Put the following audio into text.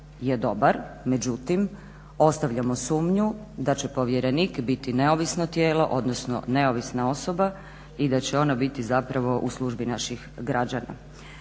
je dobar, međutim ostavljamo sumnju da će povjerenik biti neovisno tijelo, odnosno neovisna osoba i da će ona biti zapravo u službi naših građana.